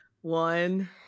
One